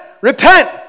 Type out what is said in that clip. repent